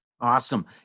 Awesome